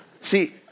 See